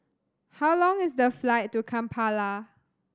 how long is the flight to Kampala